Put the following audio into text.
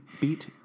beat